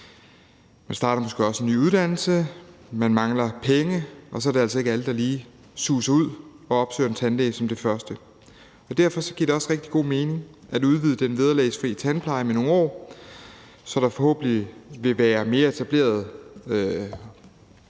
Man starter måske også på en ny uddannelse. Man mangler penge, og så er det altså ikke alle, der lige suser ud og opsøger en tandlæge som det første. Derfor giver det også rigtig god mening at udvide den vederlagsfri tandpleje med nogle år, så de unge vil have et mere etableret liv